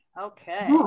Okay